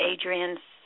Adrian's